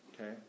Okay